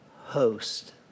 host